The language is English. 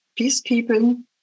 peacekeeping